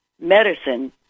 Medicine